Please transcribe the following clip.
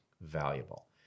valuable